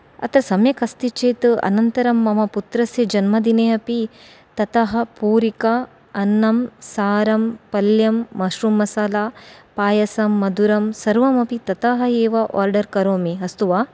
अत्र सम्यक् अस्ति चेत् अनन्तरं मम पुत्रस्य जन्मदिने अपि ततः पूरिका अन्नं सारं पल्यं मश्रूम् मसाला पायसं मधुरं सर्वमपि ततः एव ओर्डर् करोमि अस्तु वा